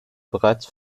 bereits